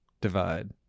divide